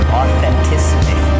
authenticity